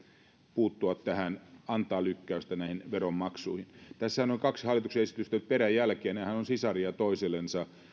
puuttua tähän antamalla lykkäystä näihin veronmaksuihin tässähän on kaksi hallituksen esitystä nyt peräjälkeen jotka ovat sisaria toisillensa